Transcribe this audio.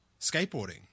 skateboarding